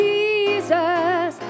Jesus